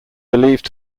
believed